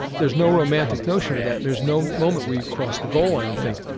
there's no romantic notion to that, and there's no moment where you cross the goal line and think,